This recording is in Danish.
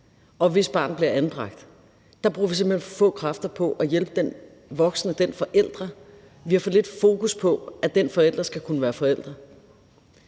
og hvis barn bliver anbragt. Der bruger vi simpelt hen for få kræfter på at hjælpe den forælder. Vi har for lidt fokus på, at den forælder skal kunne være forælder.